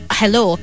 hello